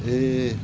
ए